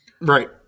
Right